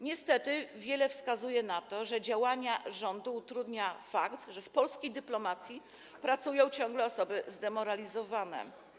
Niestety wiele wskazuje na to, że działania rządu utrudnia fakt, że w polskiej dyplomacji ciągle pracują osoby zdemoralizowane.